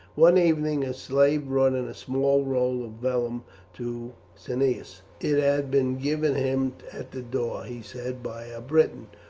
one evening a slave brought in a small roll of vellum to cneius. it had been given him at the door, he said, by a briton,